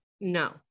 no